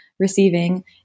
receiving